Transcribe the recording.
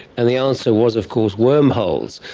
and the answer was of course wormholes.